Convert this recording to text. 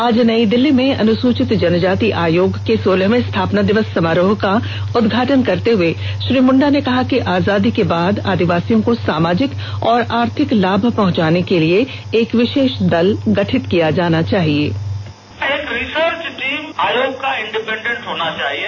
आज नई दिल्ली में अनुसूचित जनजाति आयोग के सोलहवे स्थापना दिवस समारोह का उदघाटन करते हुए श्री मुंडा ने कहा कि आजादी के बाद आदिवासियों को सामाजिक और आर्थिक लाभ पहुंचाने के लिए एक विशेष दल गठित किया जाना चाहिए